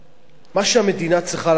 מה שהמדינה צריכה לעשות,